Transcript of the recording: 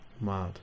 Mad